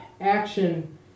action